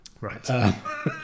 right